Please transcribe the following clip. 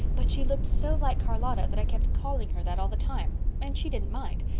but she looked so like charlotta that i kept calling her that all the time. and she didn't mind.